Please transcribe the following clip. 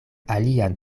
alian